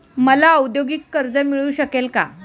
मला औद्योगिक कर्ज मिळू शकेल का?